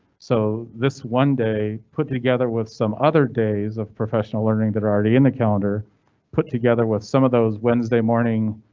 so this one day put together with some other days of professional learning that are already in the calendar put together with some of those wednesday morning.